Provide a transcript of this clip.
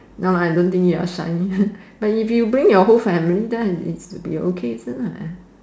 no lah I don't think you're shy but if you bring your whole family then it should be okay